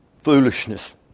Foolishness